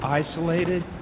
isolated